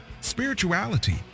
spirituality